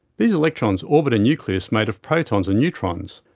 these electrons orbit a nucleus made of protons and neutrons.